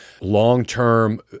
long-term